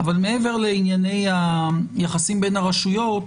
אבל מעבר לענייני היחסים בין הרשויות,